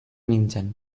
nintzen